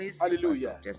hallelujah